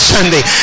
Sunday